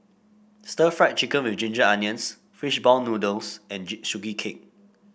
Stir Fried Chicken with Ginger Onions Fishball Noodle and Sugee Cake